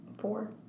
Four